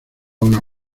una